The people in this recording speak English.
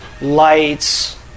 lights